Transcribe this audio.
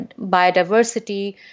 biodiversity